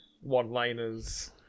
one-liners